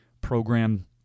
program